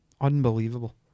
Unbelievable